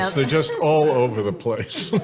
ah they're just all over the place